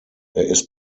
ist